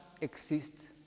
exist